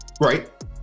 right